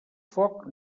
foc